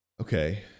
Okay